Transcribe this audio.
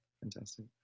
Fantastic